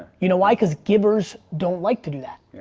you know why, cause givers don't like to do that. yeah,